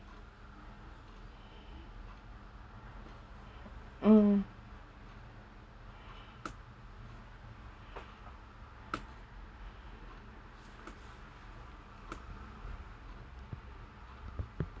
mm